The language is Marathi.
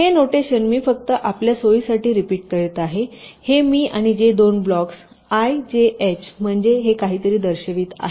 हे नोटेशन मी फक्त आपल्या सोयीसाठी रिपीट करीत आहे हे मी आणि जे दोन ब्लॉक्सआयजेएच म्हणजे असे काहीतरी दर्शवितात